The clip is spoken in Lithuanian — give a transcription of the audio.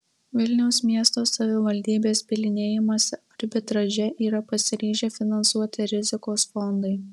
vilniaus miesto savivaldybės bylinėjimąsi arbitraže yra pasiryžę finansuoti rizikos fondai